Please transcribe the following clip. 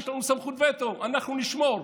לנו יש זכות וטו, אנחנו נשמור.